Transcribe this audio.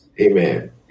Amen